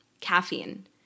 caffeine